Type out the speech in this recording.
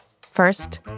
First